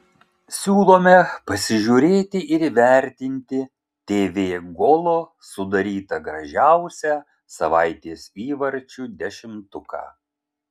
siūlome pasižiūrėti ir įvertinti tv golo sudarytą gražiausią savaitės įvarčių dešimtuką